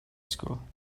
school